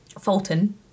Fulton